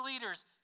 leaders